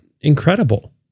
incredible